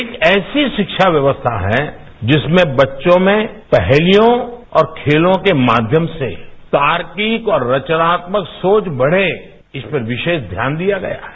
एक ऐसी शिक्षा व्यवस्था है जिसमें बच्चों में पहलियों और खेलों के माध्याम से तार्किक और रचनात्मक सोच बढ़े इस पर विशेष ध्यान दिया गया है